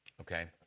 Okay